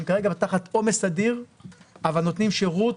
הם כרגע תחת עומס אדיר אבל נותנים שירות